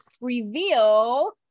reveal